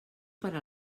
per